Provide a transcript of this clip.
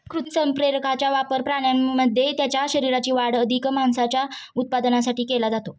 कृत्रिम संप्रेरकांचा वापर प्राण्यांमध्ये त्यांच्या शरीराची वाढ अधिक मांसाच्या उत्पादनासाठी केला जातो